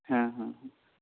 ᱦᱮᱸ ᱦᱮᱸ